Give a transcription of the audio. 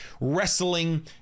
wrestling